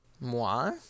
Moi